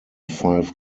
five